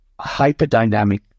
hyperdynamic